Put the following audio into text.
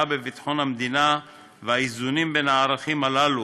בביטחון המדינה והאיזונים בין הערכים הללו,